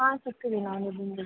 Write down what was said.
ಹಾಂ ಸಿಗ್ತೀವಿ ನಾವು ನಿಮಗೆ